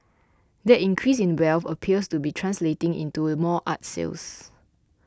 that increase in wealth appears to be translating into more art sales